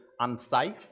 unsafe